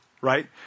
Right